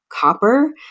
copper